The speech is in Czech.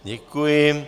Děkuji.